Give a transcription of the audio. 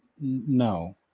no